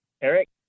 Eric